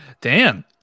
Dan